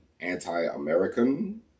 anti-american